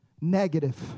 negative